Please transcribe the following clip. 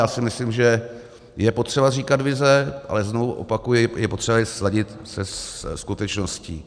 Já si myslím, že je potřeba říkat vize, ale znovu opakuji, je potřeba sladit je se skutečností.